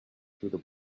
through